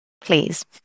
Please